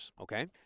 okay